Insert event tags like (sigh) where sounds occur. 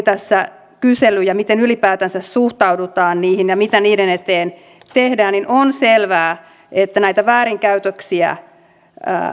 (unintelligible) tässä tuli kysely että miten ylipäätänsä suhtaudutaan niihin ja mitä niiden eteen tehdään on selvää että näitä väärinkäytöksiä